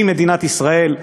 היא מדינת ישראל".